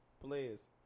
players